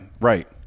right